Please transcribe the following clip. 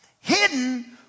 hidden